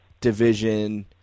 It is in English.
division